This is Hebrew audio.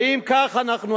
האם כך אנחנו,